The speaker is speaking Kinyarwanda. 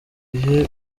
bihe